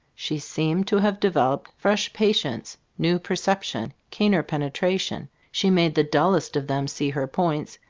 she seemed to have developed fresh patience, new perception, keener penetration she made the dullest of them see her points,